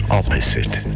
opposite